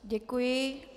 Děkuji.